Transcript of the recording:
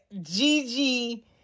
Gigi